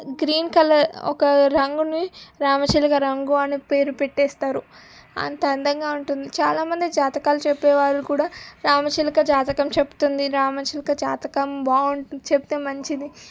green colour ఒక రంగును రామచిలక రంగు అని పేరు పెట్టేస్తారు అంత అందంగా ఉంటుంది చాలా మంది జాతకాలు చెప్పేవారు కూడా రామచిలక జాతకం చెబుతుంది రామచిలుక జాతకం బాగున్న చెప్తే మంచిది